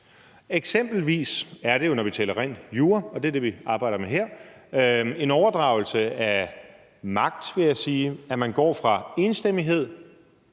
Eksempelvis er det jo, når vi taler ren jura, og det er det, vi arbejder med her, en overdragelse af magt, vil jeg sige, at man går fra enstemmighed